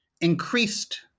increased